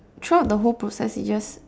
throughout the whole process it just